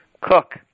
cook